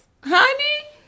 Honey